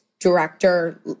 director